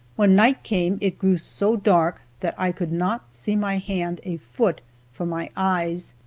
when night came it grew so dark that i could not see my hand a foot from my eyes,